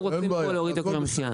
כולנו רוצים פה להוריד את יוקר המחייה.